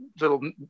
little